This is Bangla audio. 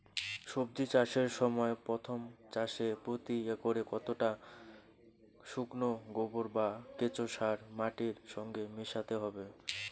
সবজি চাষের সময় প্রথম চাষে প্রতি একরে কতটা শুকনো গোবর বা কেঁচো সার মাটির সঙ্গে মেশাতে হবে?